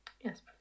Yes